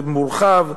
מורחב,